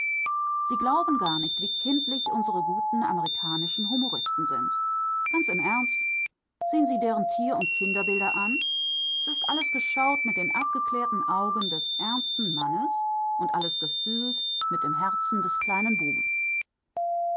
sie glauben gar nicht wie kindlich unsere guten amerikanischen humoristen sind ganz im ernst sehen sie deren tier und kinderbilder an es ist alles geschaut mit den abgeklärten augen des ernsten mannes und alles gefühlt mit dem herzen des kleinen buben